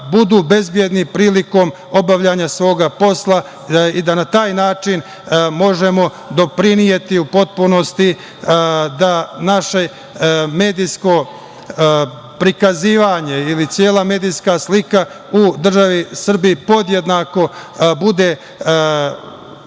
budu bezbedni prilikom obavljanja svoga posla i da na taj način možemo doprineti u potpunosti da naše medijsko prikazivanje ili cela medijska slika u državi Srbiji podjednako bude